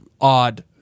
odd